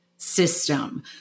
system